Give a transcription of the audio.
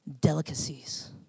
delicacies